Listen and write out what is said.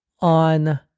on